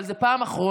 אבל זאת פעם אחרונה.